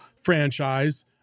franchise